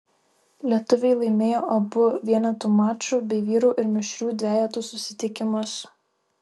lietuviai laimėjo abu vienetų maču bei vyrų ir mišrių dvejetų susitikimus